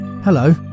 Hello